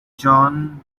john